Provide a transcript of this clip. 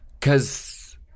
Cause